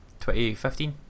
2015